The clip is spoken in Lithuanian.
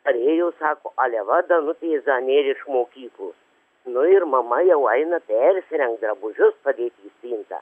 parėjo sako ale va danutės dar nėr iš mokyklos nu ir mama jau eina persirengt drabužius padėt į spintą